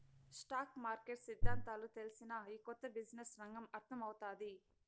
stock market సిద్దాంతాలు తెల్సినా, ఈ కొత్త బిజినెస్ రంగం అర్థమౌతాది